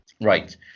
right